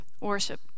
worship